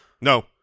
No